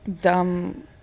dumb